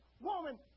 Woman